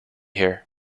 here